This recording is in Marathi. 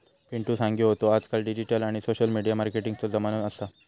पिंटु सांगी होतो आजकाल डिजिटल आणि सोशल मिडिया मार्केटिंगचो जमानो असा